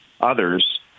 others